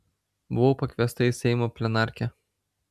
buvau pakviesta į seimo plenarkę